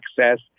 access